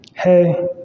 Hey